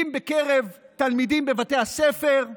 אם בקרב תלמידים בבתי הספר,